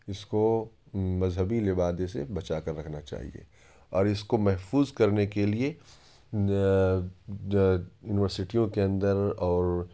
اس کو مذہبی لبادہ سے بچا کر رکھنا چاہیے اور اس کو محفوظ کرنے کے لیے یونیورسیٹیوں کے اندر اور